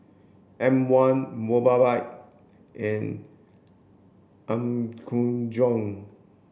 M one Mobike and Apgujeong